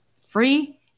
free